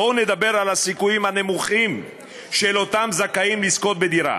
בואו נדבר על הסיכויים הנמוכים של אותם זכאים לזכות בדירה,